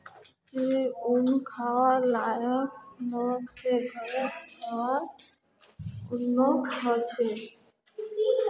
जे भेड़ खबार लायक नई ह छेक वहार ऊन कतरन ह छेक